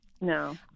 no